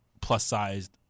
plus-sized